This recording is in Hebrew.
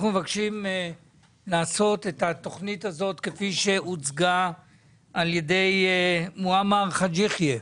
אנחנו מבקשים לעשות את התכנית כפי שהוצגה על ידי מועמר חאג' יחיא,